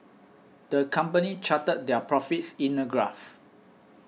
the company charted their profits in a graph